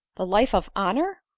the life of honor!